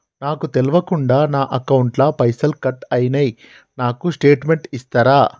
నాకు తెల్వకుండా నా అకౌంట్ ల పైసల్ కట్ అయినై నాకు స్టేటుమెంట్ ఇస్తరా?